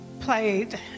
played